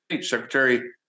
Secretary